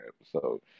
episode